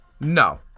no